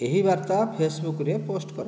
ଏହି ବାର୍ତ୍ତା ଫେସବୁକ୍ରେ ପୋଷ୍ଟ କର